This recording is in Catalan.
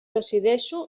decideixo